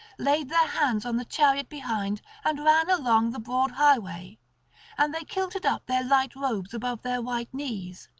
laid their hands on the chariot behind and ran along the broad highway and they kilted up their light robes above their white knees.